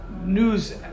news